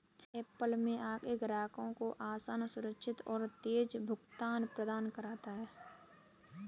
Apple Pay आपके ग्राहकों को आसान, सुरक्षित और तेज़ भुगतान प्रदान करता है